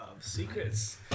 Secrets